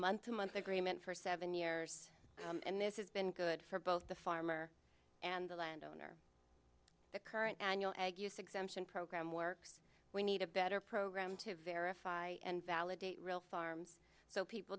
month to month agreement for seven years and this has been good for both the farmer and the land owner the current annual ag use exemption program works we need a better program to verify and validate real farms so people